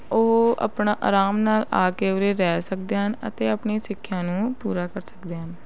ਉਹ ਆਪਣਾ ਆਰਾਮ ਨਾਲ ਆ ਕੇ ਉਰੇ ਰਹਿ ਸਕਦੇ ਹਨ ਅਤੇ ਆਪਣੀ ਸਿੱਖਿਆ ਨੂੰ ਪੂਰਾ ਕਰ ਸਕਦੇ ਹਨ